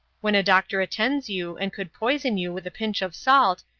when a doctor attends you and could poison you with a pinch of salt,